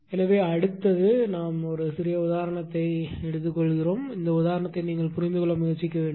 எனவே அடுத்து நாம் ஒரு சிறிய உதாரணத்தைச் சொல்கிறோம் இந்த உதாரணத்தை நீங்கள் புரிந்து கொள்ள முயற்சிக்க வேண்டும்